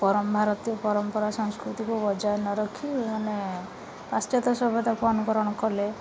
ପରମ୍ ଭାରତୀୟ ପରମ୍ପରା ସଂସ୍କୃତିକୁ ବଜାୟ ନ ରଖି ମାନେ ପାଶ୍ଚାତ୍ୟ ସଭ୍ୟତାକୁ ଅନୁକରଣ କଲେ